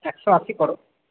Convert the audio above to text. একশো আশি করো